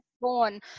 born